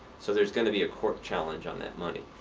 so there's going to be a court challenge on that money.